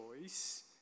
choice